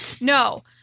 No